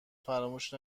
فراموش